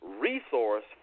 resource